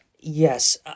Yes